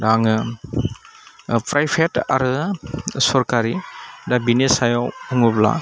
दा आङो प्राइभेट आरो सरकारि दा बेनि सायाव बुङोब्ला